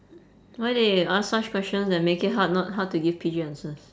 why they ask such questions that make it hard not hard to give P_G answers